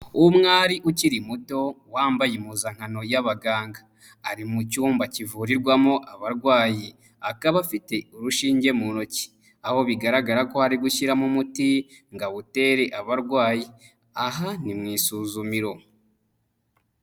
Umwari ukiri muto, wambaye impuzankano y'abaganga. Ari mu cyumba kivurirwamo abarwayi, akaba afite urushinge mu ntoki. Aho bigaragara ko ari gushyiramo umuti ngo awutere abarwayi. Aha ni mu isuzumiro.